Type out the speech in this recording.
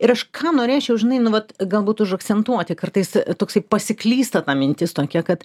ir aš ką norėčiau žinai nu vat galbūt užakcentuoti kartais toksai pasiklysta ta mintis tokia kad